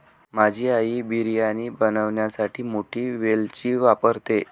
माझी आई बिर्याणी बनवण्यासाठी मोठी वेलची वापरते